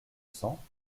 cents